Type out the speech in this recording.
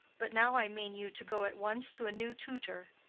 but now i mean you to go at once to a new tutor,